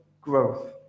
growth